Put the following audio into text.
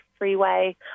freeway